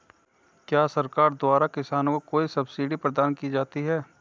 क्या सरकार द्वारा किसानों को कोई सब्सिडी प्रदान की जाती है?